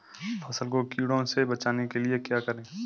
फसल को कीड़ों से बचाने के लिए क्या करें?